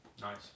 Nice